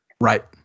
Right